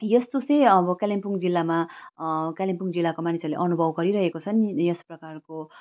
यस्तो चाहिँ अब कालिम्पोङ जिल्लामा कालिम्पोङ जिल्लाको मानिसहरूले अनुभव गरिरहेको छन् यस प्रकारको